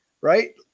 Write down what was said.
right